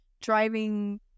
driving